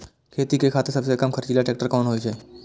खेती के खातिर सबसे कम खर्चीला ट्रेक्टर कोन होई छै?